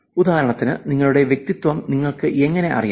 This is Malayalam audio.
ഉദാഹരണത്തിന് നിങ്ങളുടെ വ്യക്തിത്വം നിങ്ങൾക്ക് എങ്ങനെ അറിയാം